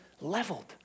leveled